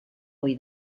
ohi